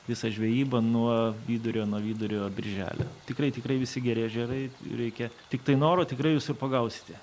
visą žvejybą nuo vidurio nuo vidurio birželį tikrai tikrai visi geri ežerai reikia tiktai noro tikrai visur pagausite